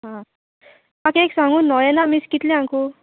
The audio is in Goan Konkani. आ म्हाका एक सांगून नोयेना मीस कितल्यांकू